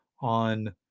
on